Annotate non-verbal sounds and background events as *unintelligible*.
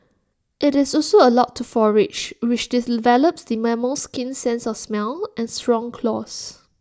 IT is also allowed to forage which *unintelligible* develops the mammal's keen sense of smell and strong claws